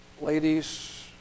ladies